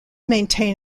maintain